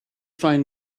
find